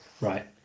Right